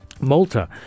malta